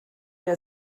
der